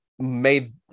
made